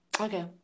okay